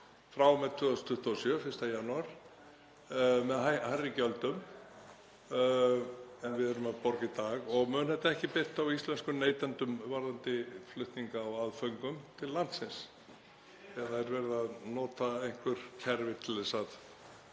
frá og með 1. janúar 2027 með hærri gjöldum en við erum að borga í dag og mun þetta ekki bitna á íslenskum neytendum varðandi flutninga á aðföngum til landsins eða er verið að nota einhver kerfi til að